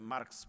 Marx